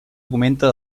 augmenta